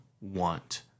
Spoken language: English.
want